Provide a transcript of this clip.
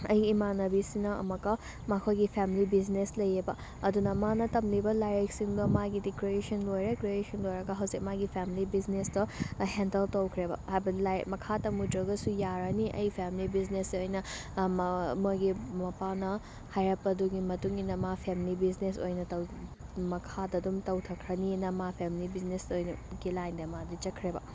ꯑꯩꯒꯤ ꯏꯃꯥꯟꯅꯕꯤꯁꯤꯅ ꯑꯃꯨꯛꯀ ꯃꯈꯣꯏꯒꯤ ꯐꯦꯃꯤꯂꯤ ꯕꯤꯖꯤꯅꯦꯁ ꯂꯩꯌꯦꯕ ꯑꯗꯨꯅ ꯃꯥꯅ ꯇꯝꯂꯤꯕ ꯂꯥꯏꯔꯤꯛꯁꯤꯡ ꯃꯥꯒꯤꯗꯤ ꯒ꯭ꯔꯦꯖ꯭ꯋꯦꯁꯟ ꯂꯣꯏꯔꯦ ꯒ꯭ꯔꯦꯖ꯭ꯋꯦꯁꯟ ꯂꯣꯏꯔꯒ ꯍꯧꯖꯤꯛ ꯃꯥꯒꯤ ꯐꯦꯃꯤꯂꯤ ꯕꯤꯖꯤꯅꯦꯁꯇꯣ ꯍꯦꯟꯗꯜ ꯇꯧꯈ꯭ꯔꯦꯕ ꯍꯥꯏꯕꯗꯤ ꯂꯥꯏꯔꯤꯛ ꯃꯈꯥ ꯇꯝꯃꯨꯗ꯭ꯔꯒꯁꯨ ꯌꯥꯔꯅꯤ ꯑꯩ ꯐꯦꯃꯤꯂꯤ ꯕꯤꯖꯤꯅꯦꯁꯁꯦ ꯑꯣꯏꯅ ꯃꯣꯏꯒꯤ ꯃꯄꯥꯅ ꯍꯥꯏꯔꯛꯄꯗꯨꯒꯤ ꯃꯇꯨꯡꯏꯟꯅ ꯃꯥ ꯐꯦꯃꯤꯂꯤ ꯕꯤꯖꯤꯅꯦꯁ ꯑꯣꯏꯅ ꯇꯧ ꯃꯈꯥꯗ ꯑꯗꯨꯝ ꯇꯧꯊꯈ꯭ꯔꯅꯤꯅ ꯃꯥ ꯐꯦꯃꯤꯂꯤ ꯕꯤꯖꯤꯅꯦꯁ ꯑꯣꯏꯅꯒꯤ ꯂꯥꯏꯟꯗ ꯃꯥꯗꯤ ꯆꯠꯈ꯭ꯔꯦꯕ